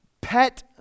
pet